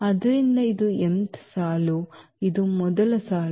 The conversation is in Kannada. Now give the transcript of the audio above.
ಆದ್ದರಿಂದ ಇದು mth ಸಾಲು ಇದು ಮೊದಲ ಸಾಲು